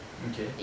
okay